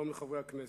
שלום לחברי הכנסת,